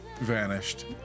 vanished